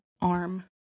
arm